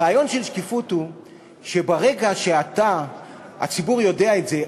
הרעיון של שקיפות הוא שברגע שהציבור יודע את זה,